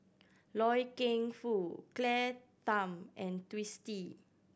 Loy Keng Foo Claire Tham and Twisstii